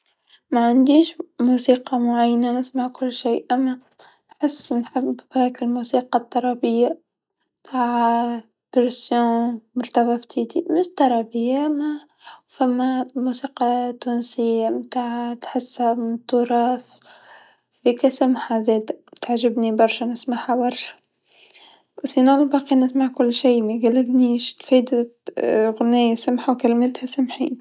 معنديش موسيقى معينه، نسمع كل شيء، أما نحس نحب هاكا الموسيقى الطربيه تع مش طربيه ما فما موسيقى تونسيه نتع، تحسها مالتراث، فيك سمحه زادا تعجبني برشا نسمعها ورش، و لا الباقي نسمع كلشي ما يقلقنيش في غنيه سمحه و كلماتها سامحين.